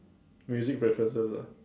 music preferences ah